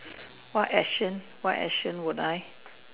what action what action would I